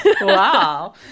Wow